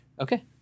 Okay